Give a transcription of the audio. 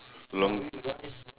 long